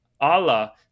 Allah